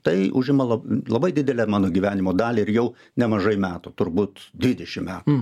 tai užima lab labai didelę mano gyvenimo dalį ir jau nemažai metų turbūt dvidešimt metų